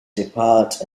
depart